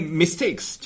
mistakes